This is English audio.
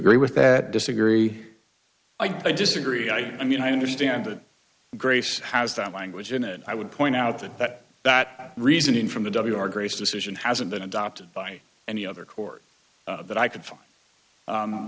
agree with that disagree i disagree i mean i understand that grace has that language in it i would point out that that that reasoning from the w r grace decision hasn't been adopted by any other court that i could